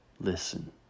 listen